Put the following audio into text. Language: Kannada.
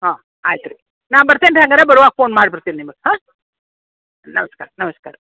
ಹಾಂ ಆಯ್ತು ರೀ ನಾನು ಬರ್ತೇನೆ ರೀ ಹಂಗಾದ್ರೆ ಬರುವಾಗ ಫೋನ್ ಮಾಡ್ಬಿಡ್ತೀನಿ ನಿಮ್ಗೆ ಹಾಂ ನಮಸ್ಕಾರ ನಮಸ್ಕಾರ